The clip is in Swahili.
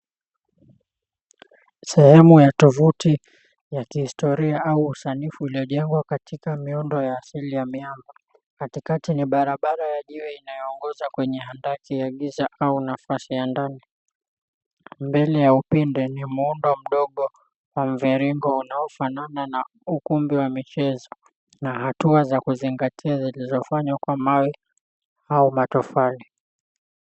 Sehemu ya tovoti ya kihistoria au usanifu uliojengwa katika miundo asili ya miamba katikati ni barabara ya jiwe inayoongoza kwenye handaki ya giza au nafasi ya ndani mbele ya upinde ni muundo mdogo wa mviringo unaofanana na ukumbi wa michezo na hatua za kuzingatia zilizofanywa kwa mawe au matofali.